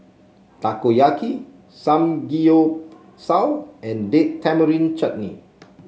Takoyaki Samgeyopsal and Date Tamarind Chutney